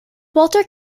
walter